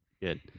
Good